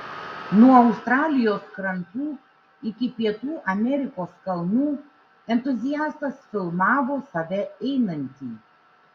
nuo australijos krantų iki pietų amerikos kalnų entuziastas filmavo save einantį